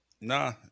Nah